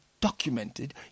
documented